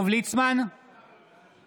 אינו נוכח גבי